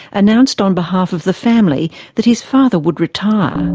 announced on behalf of the family that his father would retire.